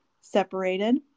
separated